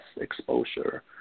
exposure